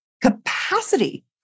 capacity